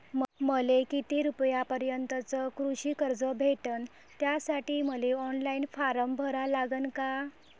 मले किती रूपयापर्यंतचं कृषी कर्ज भेटन, त्यासाठी मले ऑनलाईन फारम भरा लागन का?